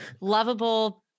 lovable